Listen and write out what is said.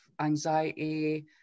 anxiety